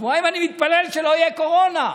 שבועיים, אני מתפלל שלא תהיה קורונה.